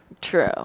True